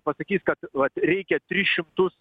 pasakys kad vat reikia tris šimtus